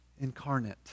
incarnate